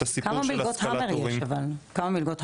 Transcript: הסיפור של השכלת הורים --- כמה מלגות יש?,